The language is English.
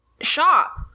Shop